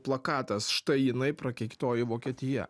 plakatas štai jinai prakeiktoji vokietija